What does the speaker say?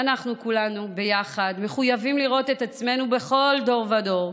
כולנו ביחד מחויבים לראות את עצמנו בכל דור ודור,